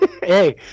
Hey